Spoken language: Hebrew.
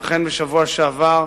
ואכן, בשבוע שעבר,